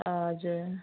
हजुर